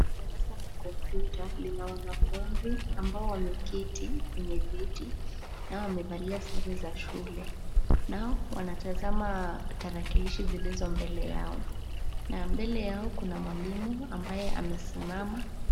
Darasa la kompyuta lina wanafunzi ambao wameketi kwenye viti nao wamevalia sare za shule nao wanatazama tarakilishi zilizo mbele yao na mbele yao kuna mwalimu ambaye amesimama.